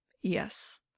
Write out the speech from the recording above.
Yes